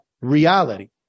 reality